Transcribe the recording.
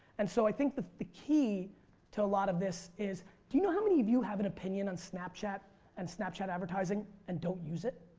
and so i think the the key to a lot of this is so you know how many of you have an opinion on snapchat and snapchat advertising and don't use it?